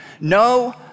no